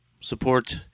Support